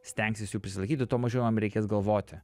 stengsis jų prisilaikyti tuo mažiau jam reikės galvoti